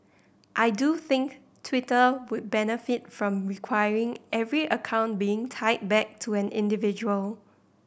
I do think Twitter would benefit from requiring every account being tied back to an individual